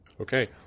Okay